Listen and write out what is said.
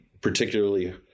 particularly